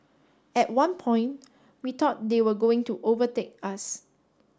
at one point we thought they were going to overtake us